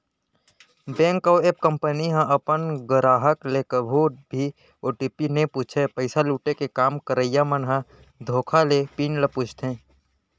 bank अउ app company ह अपन गराहक ले कभू भी ओ.टी.पी नइ पूछय, पइसा लुटे के काम करइया मन ह धोखा ले पिन ल पूछथे